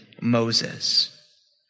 Moses